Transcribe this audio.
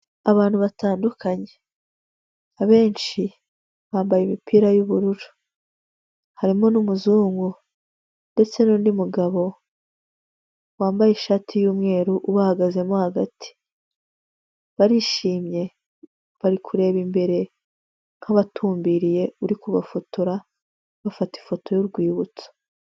Abantu batandukanye abenshi bambaye imipira y'ubururu harimo n'umuzungu ndetse n'undi mugabo wambaye ishati y'umweru ubahagazemo hagati, barishimye bari kureba imbere nkabatumbiriye uri kubafotora bafata ifoto y'urwibutso.